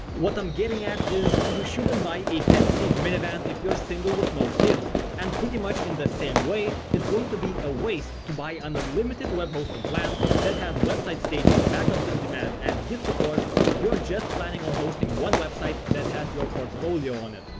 what i'm getting at is you shouldn't buy a ten seat minivan if you're single with no kids and pretty much in the same way it's going to be a waste to buy an unlimited web hosting plan that has website staging, backups um on-demand and git support if you're just planning on hosting one website that has your portfolio on it.